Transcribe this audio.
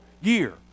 year